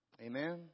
Amen